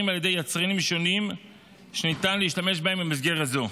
על ידי יצרנים שונים שניתן להשתמש בהם במסגרת זו,